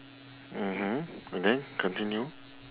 mmhmm and then continue